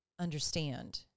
Understand